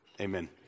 Amen